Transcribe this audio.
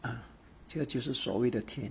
ah 这就是所谓的甜